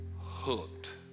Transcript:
hooked